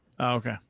Okay